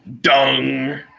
Dung